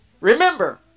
Remember